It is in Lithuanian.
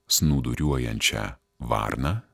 snūduriuojančią varną